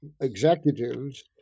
executives